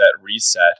reset